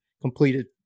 completed